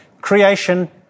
Creation